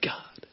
God